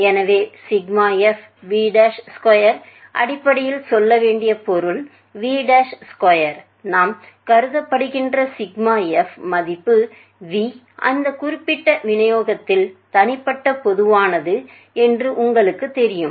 எனவே fv2 அடிப்படையில் சொல்ல வேண்டிய பொருள் v2 நாம் கருதப்படுகின்ற சிக்மா f மதிப்பு v அந்த குறிப்பிட்ட விநியோகத்தில் தனிப்பட்ட பொதுவானது என்று உங்களுகக்கு தெரியும்